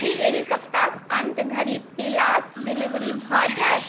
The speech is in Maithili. की एहि सप्ताहक अन्त धरि पिलास डिलीवर भऽ जेतै